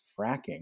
fracking